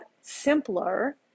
simpler